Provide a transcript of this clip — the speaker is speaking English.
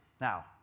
Now